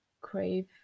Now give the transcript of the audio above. crave